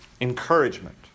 encouragement